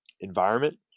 environment